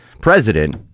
president